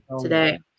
today